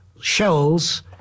shells